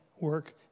work